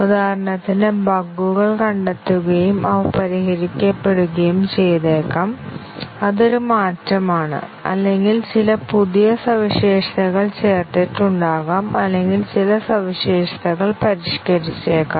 ഉദാഹരണത്തിന് ബഗുകൾ കണ്ടെത്തുകയും അവ പരിഹരിക്കപ്പെടുകയും ചെയ്തേക്കാം അതൊരു മാറ്റമാണ് അല്ലെങ്കിൽ ചില പുതിയ സവിശേഷതകൾ ചേർത്തിട്ടുണ്ടാകാം അല്ലെങ്കിൽ ചില സവിശേഷതകൾ പരിഷ്കരിച്ചേക്കാം